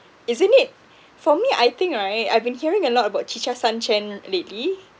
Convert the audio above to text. isn't it for me I think right I've been hearing a lot about chicha san chen lately